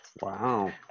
Wow